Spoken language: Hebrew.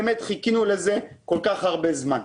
באמת חיכינו לזה כל כך הרבה זמן.